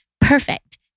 perfect